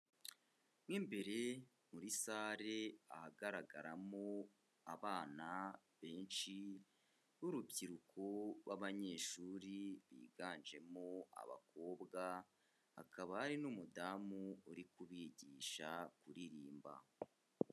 Mo imbere muri salle ahagaragaramo abana benshi b'urubyiruko rw'abanyeshuri biganjemo abakobwa, hakaba hari n'umudamu uri kubigisha kuririmba.